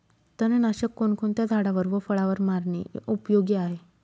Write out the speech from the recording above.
तणनाशक कोणकोणत्या झाडावर व फळावर मारणे उपयोगी आहे?